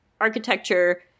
architecture